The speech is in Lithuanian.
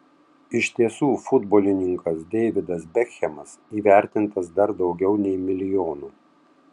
iš tiesų futbolininkas deividas bekhemas įvertintas dar daugiau nei milijonu